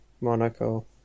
Monaco